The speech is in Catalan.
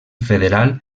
federal